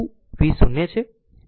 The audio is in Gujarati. તેથી તે 2 v0 હશે